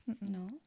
No